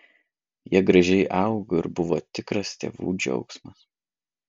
jie gražiai augo ir buvo tikras tėvų džiaugsmas